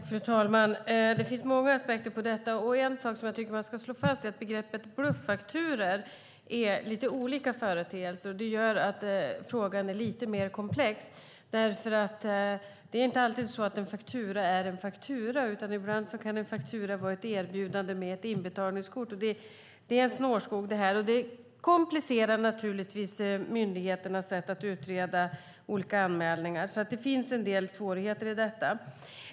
Fru talman! Det finns många aspekter på detta. En sak som jag tycker att man ska slå fast är att begreppet bluffakturor är olika företeelser, och det gör att frågan är lite mer komplex. En faktura är inte alltid en faktura, utan ibland kan en faktura vara ett erbjudande med ett inbetalningskort. Det här är en snårskog. Det komplicerar naturligtvis myndigheternas sätt att utreda olika anmälningar, så det finns en del svårigheter i detta.